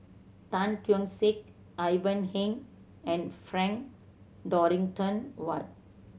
Tan Keong Saik Ivan Heng and Frank Dorrington Ward